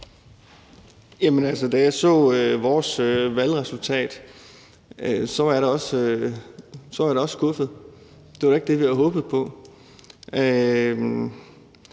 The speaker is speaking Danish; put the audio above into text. Jamen da jeg så vores valgresultat, var jeg da også skuffet. Det var da ikke det, vi havde håbet på. Og